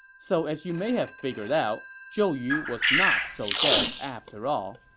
so as you may have figured out, zhou yu was not so dead after all.